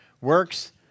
works